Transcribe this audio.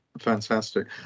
Fantastic